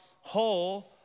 whole